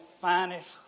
finest